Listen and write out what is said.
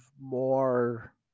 more